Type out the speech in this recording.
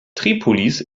tripolis